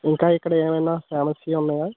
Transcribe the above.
ఇంకా ఇక్కడ ఏమైనా ఫేమస్వి ఉన్నాయా